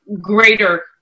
greater